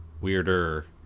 weirder